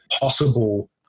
possible